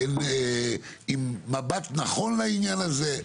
עם מבט נכון לעניין הזה,